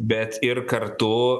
bet ir kartu